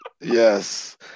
Yes